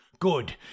Good